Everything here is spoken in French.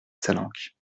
salanque